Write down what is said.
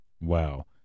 Wow